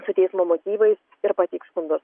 su teismo motyvais ir pateiks skundus